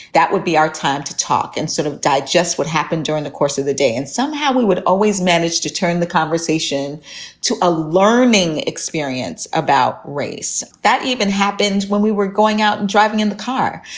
that would be our time to talk and sort of digest what happened during the course of the day. and somehow we would always manage to turn the conversation to a learning experience about race that even happened when we were going out and driving in the car.